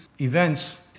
events